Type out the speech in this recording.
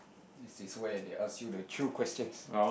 this is where they ask you the true questions